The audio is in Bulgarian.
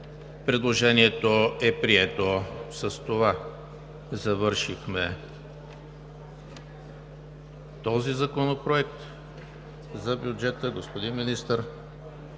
Предложението е прието. С това завършихме този законопроект за бюджета. Господин Министър,